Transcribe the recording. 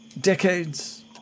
decades